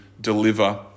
deliver